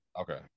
Okay